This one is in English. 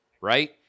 right